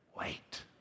Wait